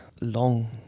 long